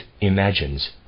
imagines